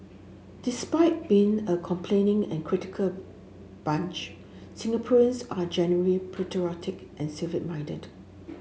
despite being a complaining and critical bunch Singaporeans are generally patriotic and civic minded